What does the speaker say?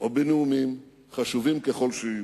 או בנאומים, חשובים ככל שיהיו.